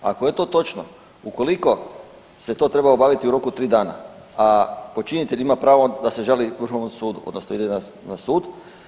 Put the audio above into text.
Ako je to točno, ukoliko se to treba obaviti u roku 3 dana, a počinitelj ima pravo da se žali Vrhovnom sudu odnosno ide na sud.